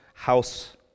House